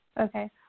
Okay